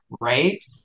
right